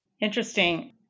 Interesting